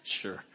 Sure